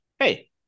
Hey